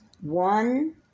one